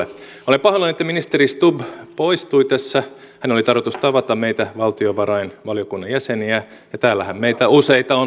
olen pahoillani että ministeri stubb poistui hänen oli tarkoitus tavata meitä valtiovarainvaliokunnan jäseniä ja täällähän meitä useita on paikalla